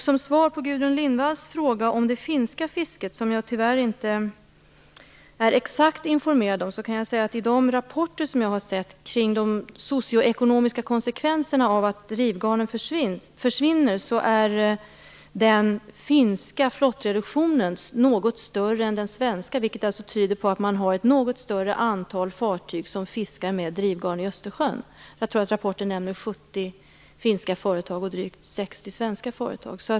Som svar på Gudrun Lindvalls fråga om det finska fisket, som jag tyvärr inte är exakt informerad om, kan jag säga att av de rapporter som jag sett och som gäller socioekonomiska konsekvenser av att drivgarnen försvinner framgår att den finska flottreduktionen är något större än den svenska. Det tyder på att man har ett något större antal fartyg som fiskar med drivgarn i Östersjön. Jag tror att det enligt rapporten är fråga om 70 finska företag och drygt 60 svenska företag.